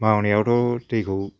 मावनायावथ' दैखौ